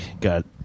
got